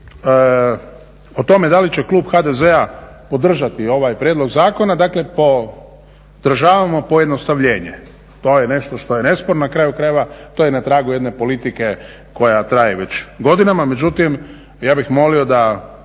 o tome da li će klub HDZ-a podržati ovaj prijedlog zakona. Dakle, podržavamo pojednostavljenje. To je nešto što je nesporno. Na kraju krajeva to je na tragu jedne politike koja traje već godinama. Međutim, ja bih molio da